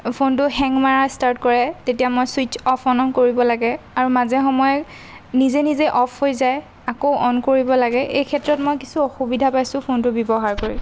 ফোনটো হেং মৰাৰ ষ্টাৰ্ট কৰে তেতিয়া মই ছুইট্চ অফ অনো কৰিব লাগে আৰু মাজে সময়ে নিজে নিজে অফ হৈ যায় আকৌ অন কৰিব লাগে এইক্ষেত্ৰত মই কিছু অসুবিধা পাইছোঁ ফোনটো ব্যৱহাৰ কৰি